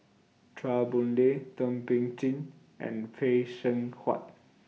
Chua Boon Lay Thum Ping Tjin and Phay Seng Whatt